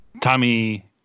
Tommy